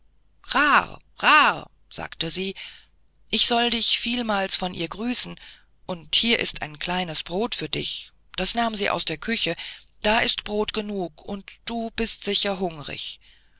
rar sagte sie ich soll dich vielmal von ihr grüßen und hier ist ein kleines brot für dich das nahm sie aus der küche da ist brot genug und du bist sicher hungrig